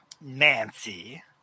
Nancy